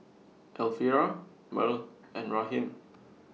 Elvira Merl and Raheem